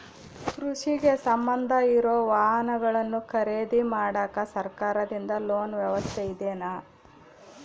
ಕೃಷಿಗೆ ಸಂಬಂಧ ಇರೊ ವಾಹನಗಳನ್ನು ಖರೇದಿ ಮಾಡಾಕ ಸರಕಾರದಿಂದ ಲೋನ್ ವ್ಯವಸ್ಥೆ ಇದೆನಾ?